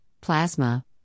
plasma